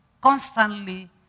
constantly